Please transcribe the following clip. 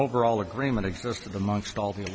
overall agreement existed amongst all the